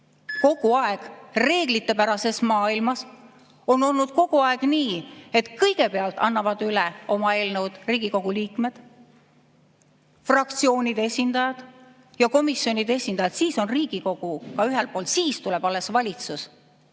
eelnõud. Reeglitepärases maailmas on olnud kogu aeg nii, et kõigepealt annavad üle oma eelnõud Riigikogu liikmed, fraktsioonide esindajad ja komisjonide esindajad. Siis on Riigikoguga ühel pool ja alles siis tuleb valitsus.